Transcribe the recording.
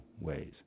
ways